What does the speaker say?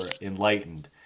Enlightened